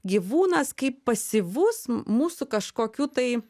gyvūnas kaip pasyvus mūsų kažkokių tai